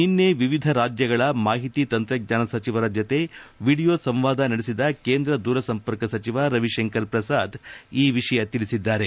ನಿನ್ನೆ ವಿವಿಧ ರಾಜ್ಯಗಳ ಮಾಹಿತಿ ತಂತ್ರಜ್ಞಾನ ಸಚಿವರ ಜತೆ ವಿಡಿಯೊ ಸಂವಾದ ನಡೆಸಿದ ಕೇಂದ್ರ ದೂರಸಂಪರ್ಕ ಸಚಿವ ರವಿಶಂಕರ್ ಪ್ರಸಾದ್ ಈ ವಿಷಯ ತಿಳಿಸಿದ್ದಾರೆ